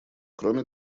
кроме